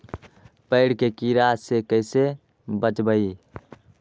पेड़ के कीड़ा से कैसे बचबई?